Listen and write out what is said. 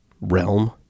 realm